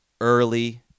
early